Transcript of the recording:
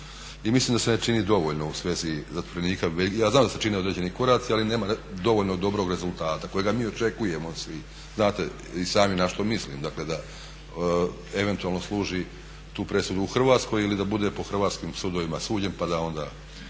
I mislim da se ne čini dovoljno u svezi zatvorenika. Ja znam da se čine određeni koraci ali nema dovoljno dobrog rezultata kojega mi očekujemo svi. Znate i sami na što mislim. Dakle da eventualno služi tu presudu u Hrvatskoj ili da bude po hrvatskim sudovima suđen pa da onda